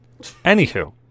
Anywho